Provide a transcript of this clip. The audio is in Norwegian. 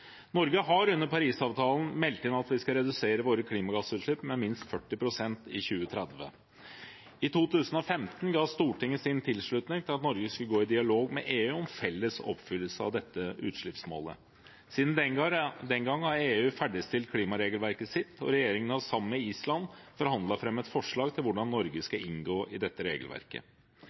Norge har under Parisavtalen meldt inn at vi skal redusere våre klimagassutslipp med minst 40 pst. i 2030. I 2015 ga Stortinget sin tilslutning til at Norge skulle gå i dialog med EU om en felles oppfyllelse av dette utslippsmålet. Siden den gang har EU ferdigstilt klimaregelverket sitt, og regjeringen har sammen med Island forhandlet fram et forslag til hvordan Norge skal inngå i dette regelverket.